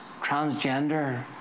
transgender